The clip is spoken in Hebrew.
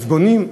אז בונים.